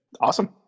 Awesome